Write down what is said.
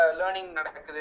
learning